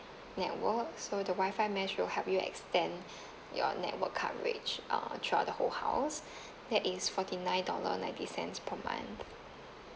network so the wifi mesh will help you extend your network coverage uh throughout the whole house that is forty nine dollar ninety cents per month